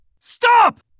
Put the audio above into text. Stop